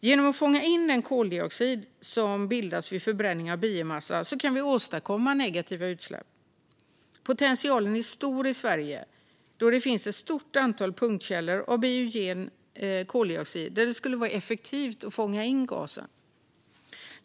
Genom att fånga in den koldioxid som bildas vid förbränning av biomassa kan vi åstadkomma negativa utsläpp. Potentialen är stor i Sverige, då det finns ett stort antal punktkällor av biogen koldioxid där det skulle vara effektivt att fånga in gasen.